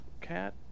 cat